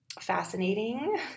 fascinating